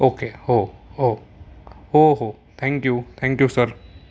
okay हो हो हो थँक यू थँक्यू सर